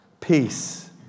peace